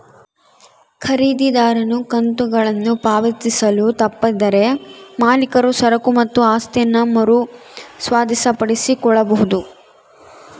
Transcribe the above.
ಖರೀದಿದಾರನು ಕಂತುಗಳನ್ನು ಪಾವತಿಸಲು ತಪ್ಪಿದರೆ ಮಾಲೀಕರು ಸರಕು ಮತ್ತು ಆಸ್ತಿಯನ್ನ ಮರು ಸ್ವಾಧೀನಪಡಿಸಿಕೊಳ್ಳಬೊದು